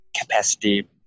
capacity